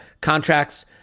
contracts